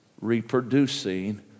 reproducing